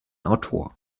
autor